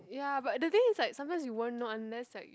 ya but the thing is like sometimes you won't know unless like